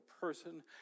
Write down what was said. person